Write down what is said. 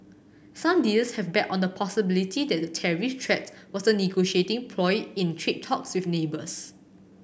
some dealers have bet on the possibility that the tariff threat was a negotiating ploy in trade talks with neighbours